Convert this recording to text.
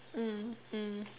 mm mm